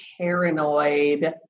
paranoid